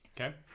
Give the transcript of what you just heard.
Okay